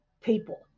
people